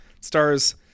Stars